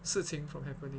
事情 from happening